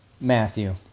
Matthew